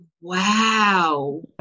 wow